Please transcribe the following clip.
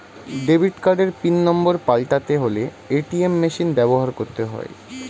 debit কার্ডের pin number পাল্টাতে হলে এ.টি.এম মেশিন ব্যবহার করতে হয়